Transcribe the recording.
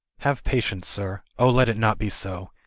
have patience, sir o, let it not be so!